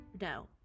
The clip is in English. No